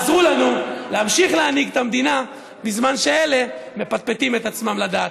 תעזרו לנו להמשיך להנהיג את המדינה בזמן שאלה מפטפטים את עצמם לדעת.